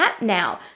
now